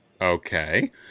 Okay